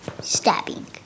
Stabbing